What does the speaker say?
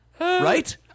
Right